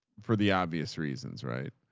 for the obvious reasons, right?